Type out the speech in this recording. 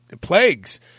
plagues